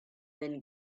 then